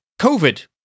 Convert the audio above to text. COVID